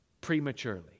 prematurely